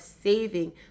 saving